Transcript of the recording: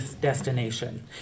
destination